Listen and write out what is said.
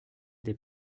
des